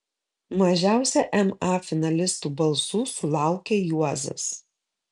mažiausia ma finalistų balsų sulaukė juozas